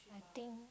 I think